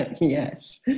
Yes